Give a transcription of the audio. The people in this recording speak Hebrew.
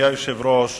אדוני היושב-ראש,